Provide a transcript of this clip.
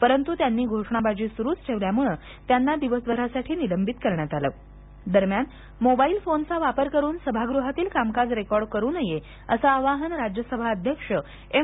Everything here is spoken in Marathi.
परंतु त्यांनी घोषणादाजी सुरूच ठेवल्यामुळे त्यांना दिवसभरासाठी निंलबित करण्यात आलं दरम्यान मोबाइल फोनचा वापर करून सभागृहातील कामकाज रेकॉर्ड करू नये असं आवाहन राज्यसभा अध्यक्ष एम